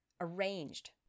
arranged